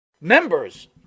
Members